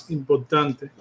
importante